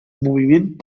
moviment